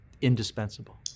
indispensable